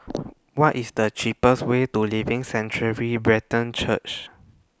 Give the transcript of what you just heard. What IS The cheapest Way to Living Sanctuary Brethren Church